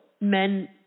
Men